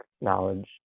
knowledge